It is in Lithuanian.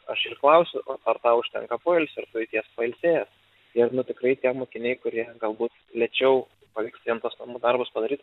aš ir klausiu o ar tau užtenka poilsio ar tu jauties pailsėjęs ir nu tikrai tie mokiniai kurie galbūt lėčiau pavyksta jiem tuos namų darbus padaryt